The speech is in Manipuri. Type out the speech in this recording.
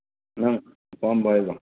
ꯅꯪ ꯑꯄꯥꯝꯕ ꯍꯥꯏꯌꯣ